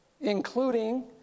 including